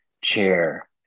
Chair